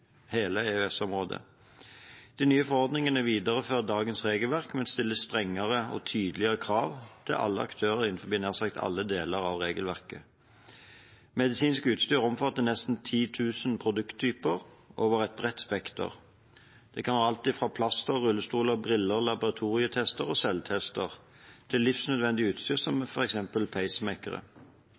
hele EØS-området. De nye forordningene viderefører dagens regelverk, men stiller strengere og tydeligere krav til alle aktører innenfor nær sagt alle deler av regelverket. Medisinsk utstyr omfatter nesten 10 000 produkttyper over et bredt spekter. Det kan være alt fra plaster, rullestoler, briller, laboratorietester og selvtester til livsnødvendig utstyr som f.eks. pacemakere.